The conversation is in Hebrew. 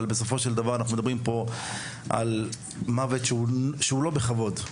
אבל בסופו של דבר אנחנו מדברים פה על מוות שהוא לא בכבוד,